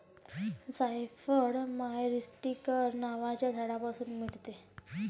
जायफळ मायरीस्टीकर नावाच्या झाडापासून मिळते